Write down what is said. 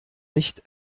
nicht